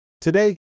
Today